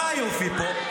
מה היופי פה?